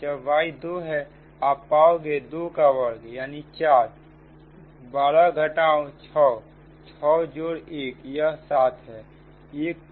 जब y दो है आप पाओगे 2 का वर्ग 4 12 घटाओ 6 6 जोड़ 1 यह 7 है 1जोड़ 6